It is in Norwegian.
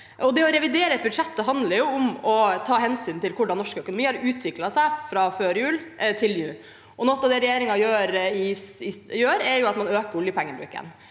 å revidere et budsjett handler jo om å ta hensyn til hvordan norsk økonomi har utviklet seg fra før jul til nå. Noe av det regjeringen gjør, er å øke oljepengebruken.